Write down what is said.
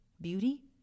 beauty